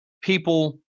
people